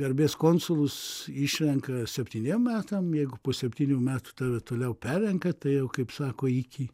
garbės konsulus išrenka septyniem metam jeigu po septynių metų tave toliau perrenka tai jau kaip sako iki